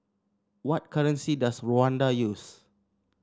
what currency does Rwanda use